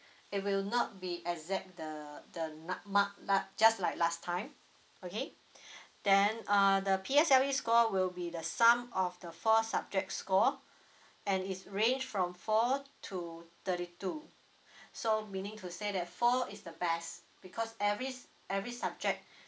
it will not be exact the the mark just like last time okay then uh the P_S_L_E score will be the sum of the four subject score and is range from four to thirty two so meaning to say that four is the best because every every subject